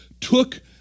took